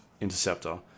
interceptor